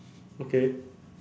okay